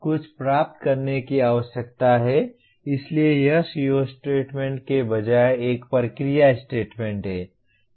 कुछ प्राप्त करने की आवश्यकता है इसलिए यह CO स्टेटमेंट के बजाय एक प्रक्रिया स्टेटमेंट है